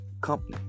company